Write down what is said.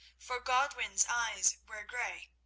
for godwin's eyes were grey,